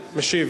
משיב.